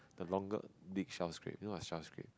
the longer you know what's